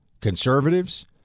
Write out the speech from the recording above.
conservatives